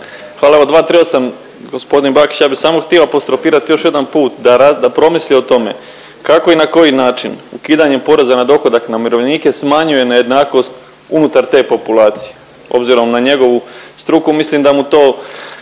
Hvala. 238. gospodin Bakić ja bi samo htio apostrofirat još jedan put da ra… da promisli o tome kako i na koji način ukidanjem poreza na dohodak na umirovljenike smanjuje nejednakost unutar te populacije obzirom na njegovu struku mislim da mu to